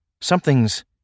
something's